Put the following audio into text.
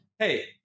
Hey